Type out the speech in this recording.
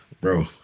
bro